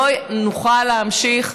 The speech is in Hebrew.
לא נוכל להמשיך,